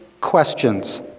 questions